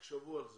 תחשבו על זה.